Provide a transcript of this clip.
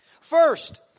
First